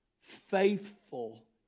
faithful